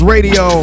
Radio